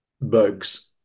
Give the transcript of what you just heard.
bugs